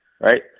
right